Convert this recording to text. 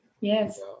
Yes